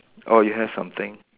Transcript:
oh you have something